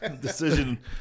decision